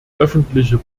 öffentliche